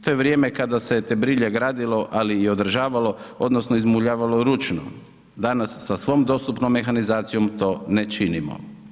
To je vrijeme kada se te brilje gradilo ali i održavalo odnosno izmuljavalo ručno, danas sa svom dostupnom mehanizacijom ne činimo.